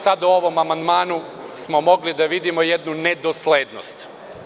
Sada u ovom amandmanu smo mogli da vidimo jednu nedoslednost.